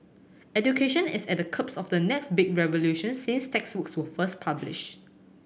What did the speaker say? education is at the cups of the next big revolution since textbooks were first published